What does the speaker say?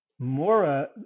Mora